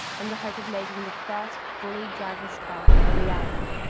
in the hope of making the first fully driverless car a reality.